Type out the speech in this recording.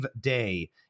Day